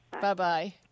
bye-bye